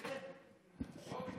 פינדרוס, עומד